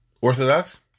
orthodox